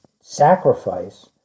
Sacrifice